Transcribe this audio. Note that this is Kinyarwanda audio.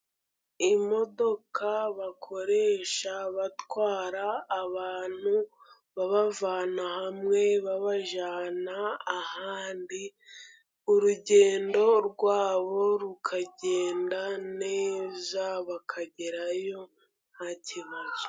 Imodoka bakoresha batwara, abantu babavana hamwe babajyana ahandi urugendo rwabo rukagenda neza bakagerayo ntakibazo.